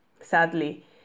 sadly